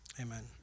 amen